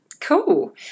Cool